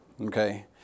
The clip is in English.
Okay